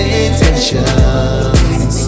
intentions